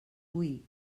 hui